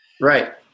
Right